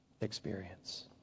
experience